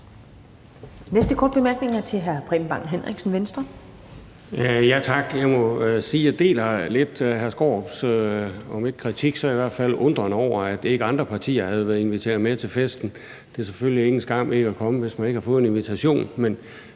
13:33 Preben Bang Henriksen (V): Tak. Jeg må sige, at jeg lidt deler hr. Peter Skaarups om ikke kritik, så i hvert fald undren over, at ikke andre partier havde været inviteret med til festen. Det er selvfølgelig ingen skam ikke at komme, hvis man ikke har fået en invitation.